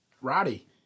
Roddy